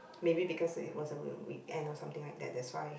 maybe because it was a w~ weekend or something like that that's why